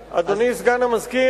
הנה, אני פונה, אדוני סגן המזכיר,